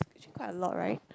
actually quite a lot right